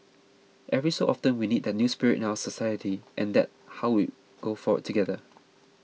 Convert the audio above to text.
every so often we need that new spirit in our society and that how we go forward together